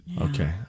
Okay